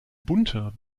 bunte